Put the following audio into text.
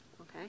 okay